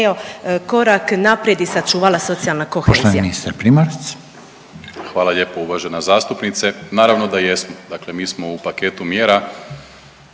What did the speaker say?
korak naprijed i sačuvala socijalna kohezija?